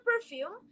perfume